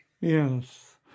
yes